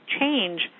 change